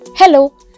Hello